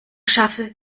schaffe